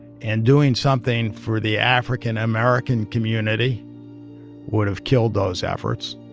and doing something for the african american community would have killed those efforts.